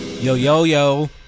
Yo-yo-yo